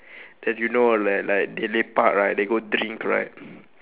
that you know like like they lepak right they go drink right